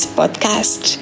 podcast